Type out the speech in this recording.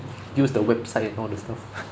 use the website and all that stuff